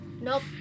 Nope